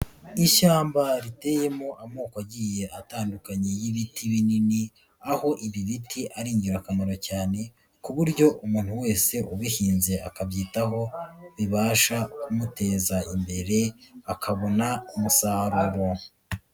Ishyamba riteyemo amoko agiye atandukanye y'ibiti binini, aho ibi biti ari ingirakamaro cyane ku buryo umuntu wese ubihinze akabyitaho bibasha kumuteza imbere akabona umusaruro.